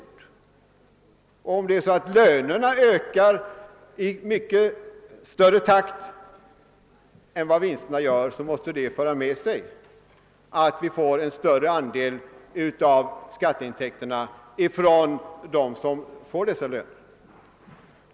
Om lönerna ökar i mycket högre takt än vinsterna, måste det föra med sig att vi får en större andel av skatteintäkterna från dem som erhåller dessa löner.